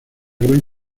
gran